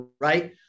right